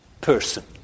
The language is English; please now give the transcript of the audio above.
person